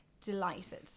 delighted